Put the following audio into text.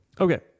Okay